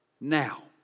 now